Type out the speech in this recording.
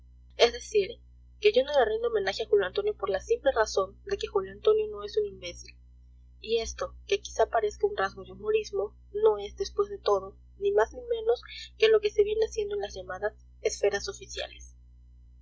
es decir que yo no le rindo homenaje a julio antonio por la simple razón de que julio antonio no es un imbécil y esto que quizás parezca un rasgo de humorismo no es después de todo ni más ni menos que lo que se viene haciendo en las llamadas esferas oficiales